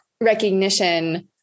recognition